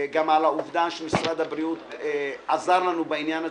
וגם על העובדה שמשרד הבריאות עזר לנו בעניין הזה.